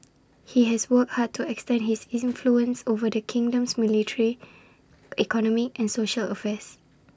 he has worked hard to extend his influence over the kingdom's military economic and social affairs